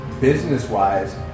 business-wise